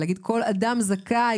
ולהגיד שכל אדם זכאי,